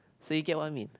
so you get what I mean